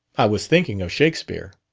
i was thinking of shakespeare.